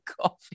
coffee